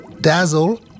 Dazzle